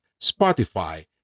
Spotify